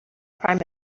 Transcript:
prime